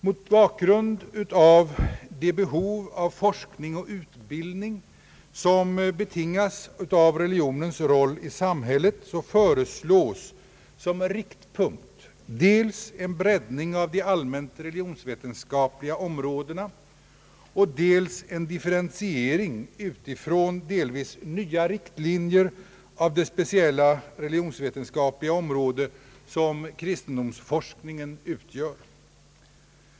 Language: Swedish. Mot bakgrunden av det behov av forskning och utbildning som betingas av religionens roll i samhället föreslås som en riktpunkt dels en breddning av de allmänt religionsvetenskapliga områdena, dels en differentiering utifrån delvis nya riktlinjer av det speciella religionsvetenskapliga område som kristendomsforskningen utgör.